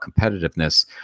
competitiveness